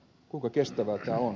kuinka kestävää tämä on